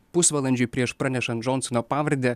pusvalandžiui prieš pranešant džonsono pavardę